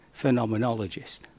phenomenologist